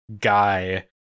guy